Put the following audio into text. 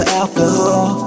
alcohol